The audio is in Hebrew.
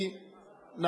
אוקיי.